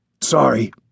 Sorry